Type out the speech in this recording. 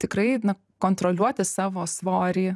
tikrai na kontroliuoti savo svorį